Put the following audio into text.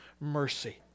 mercy